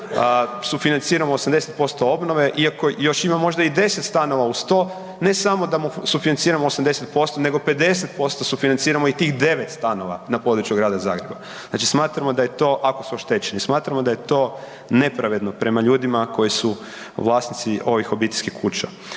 stan sufinanciramo 80% obnove iako još ima možda i 10 stanova uz to, ne smo da mu sufinanciramo 80% nego 50% sufinanciramo i tih 9 stanova na području grada Zagreba. Znači smatramo da je to, ako su oštećeni, smatramo da je to nepravedno prema ljudima koji su vlasnici ovih obiteljskih kuća.